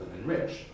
enrich